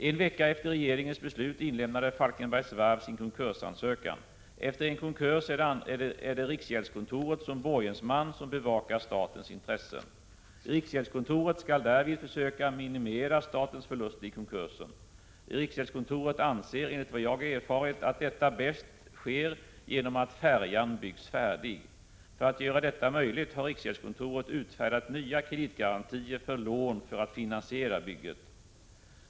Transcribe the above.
En vecka efter regeringens beslut inlämnade Falkenbergs Varv sin konkursansökan. Efter en konkurs är det riksgäldskontoret som borgensman som bevakar statens intressen. Riksgäldskontoret skall därvid försöka minimera statens förluster i konkursen. Riksgäldskontoret anser, enligt vad jagerfarit, att detta bäst sker genom att färjan byggs färdig. För att göra detta möjligt har riksgäldskontoret utfärdat nya kreditgarantier för lån för att finansiera bygget.